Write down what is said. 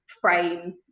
frame